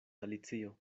alicio